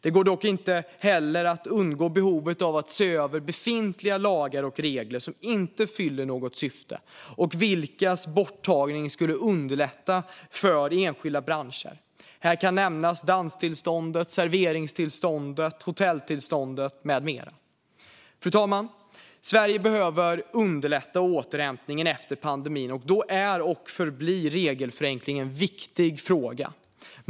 Det går dock inte heller att undgå behovet av att se över befintliga lagar och regler som inte fyller något syfte och vilkas borttagande skulle underlätta för enskilda branscher. Här kan nämnas danstillståndet, serveringstillståndet, hotelltillståndet med mera. Fru talman! Sverige behöver underlätta återhämtningen efter pandemin. Då är och förblir regelförenkling en viktig fråga.